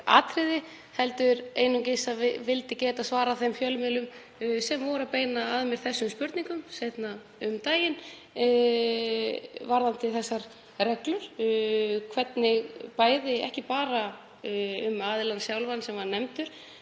atriði heldur vildi ég einungis geta svarað þeim fjölmiðlum sem voru að beina að mér þessum spurningum seinna um daginn varðandi þessar reglur, ekki bara um aðilann sjálfan sem var nefndur